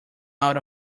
out